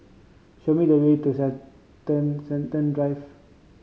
show me the way to Drive